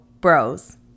Bros